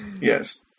Yes